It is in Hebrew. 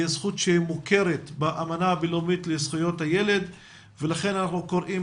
היא זכות שמוכרת באמנה הבינלאומית לזכויות הילד ולכן אנחנו קוראים